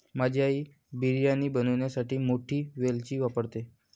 माझी आई बिर्याणी बनवण्यासाठी मोठी वेलची वापरते